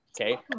Okay